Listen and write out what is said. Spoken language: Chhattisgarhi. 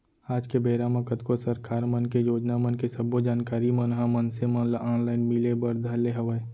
आज के बेरा म कतको सरकार मन के योजना मन के सब्बो जानकारी मन ह मनसे मन ल ऑनलाइन मिले बर धर ले हवय